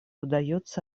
удается